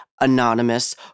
Anonymous